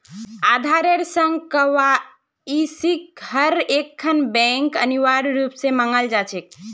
आधारेर संग केवाईसिक हर एकखन बैंकत अनिवार्य रूप स मांगाल जा छेक